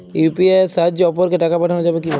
UPI এর সাহায্যে অপরকে টাকা পাঠানো যাবে কিভাবে?